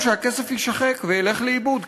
במקום שהכסף יישחק וילך לאיבוד,